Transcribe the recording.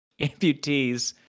amputees